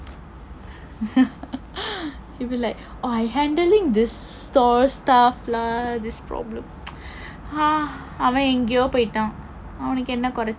he be like orh like I handling this store staff lah this problem ah அவன் எங்கேயோ போய்ட்டான் அவனுக்கு என்ன குறைச்சல்:avan engkayoo pooydaan avanukku enna kuraichsal